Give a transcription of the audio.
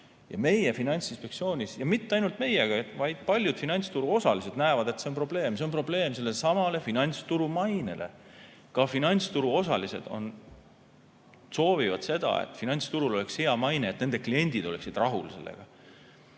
Meie Finantsinspektsioonis näeme – ja mitte ainult meie, vaid paljud finantsturuosalised näevad –, et see on probleem. See on probleem sellelesamale finantsturu mainele. Ka finantsturuosalised soovivad seda, et finantsturul oleks hea maine ja nende kliendid oleksid rahul sellega.